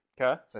Okay